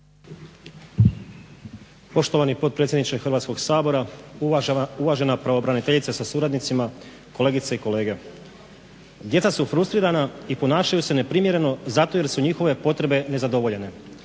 Poštovani potpredsjedniče Hrvatskog sabora, uvažena pravobraniteljice sa suradnicima, kolegice i kolege. "Djeca su frustrirana i ponašaju se neprimjereno zato jer su njihove potrebe nezadovoljene.